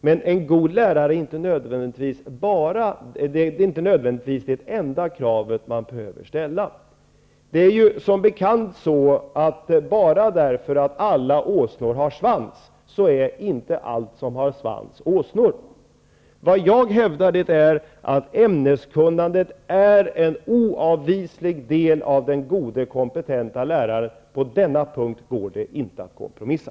Men en god lärare är nödvändigtvis inte det enda krav man behöver ställa. Det är som bekant så att bara därför att alla åsnor har svans är inte alla som har svans åsnor. Vad jag hävdade är att ämneskunnandet är en oavvislig del av kompetensen hos den goda läraren. På den punkten går det inte att kompromissa.